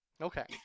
Okay